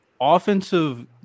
offensive